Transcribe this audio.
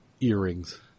earrings